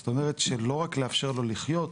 זאת אומרת שלא רק לאפשר לו לחיות,